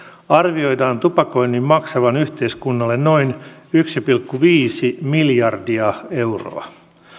arvioidaan tupakoinnin maksavan yhteiskunnalle noin yksi pilkku viisi miljardia euroa